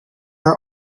are